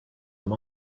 them